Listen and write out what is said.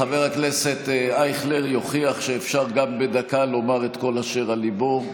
חבר הכנסת אייכלר יוכיח שאפשר גם בדקה לומר את כל אשר על ליבו.